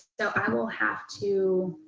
so i will have to,